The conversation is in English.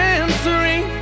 answering